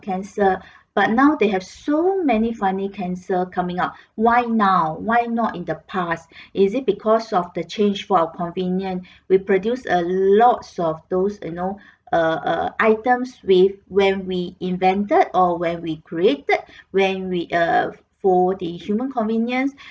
cancer but now they have so many funny cancer coming up why now why not in the past is it because of the change for our convenient we produce a lots of those you know err err items with when we invented or where we created when we err for the human convenience